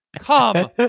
Come